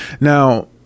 Now